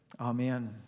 Amen